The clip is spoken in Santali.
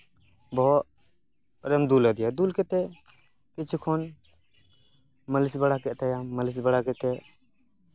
ᱵᱚᱦᱚᱜ ᱨᱮᱢ ᱫᱩᱞ ᱟᱫᱮᱭᱟ ᱫᱩᱞ ᱠᱟᱛᱮᱫ ᱠᱤᱪᱷᱩ ᱠᱷᱚᱱ ᱢᱟᱹᱞᱤᱥ ᱵᱟᱲᱟ ᱠᱮᱫ ᱛᱟᱭᱟᱢ ᱢᱟᱹᱞᱤᱥ ᱵᱟᱲᱟ ᱠᱟᱛᱮᱫ